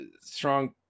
strong